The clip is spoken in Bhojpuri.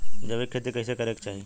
जैविक खेती कइसे करे के चाही?